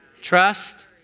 Trust